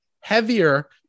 heavier